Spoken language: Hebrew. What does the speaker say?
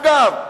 אגב,